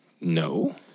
No